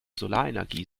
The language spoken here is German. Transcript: solarenergie